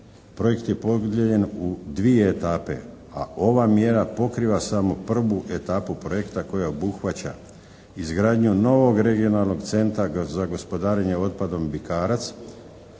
Projekt je podijeljen u dvije etape. A ova mjera pokriva samo prvu etapu projekta koji obuhvaća izgradnju novog regionalnog centra za gospodarenje otpadom Bikarac,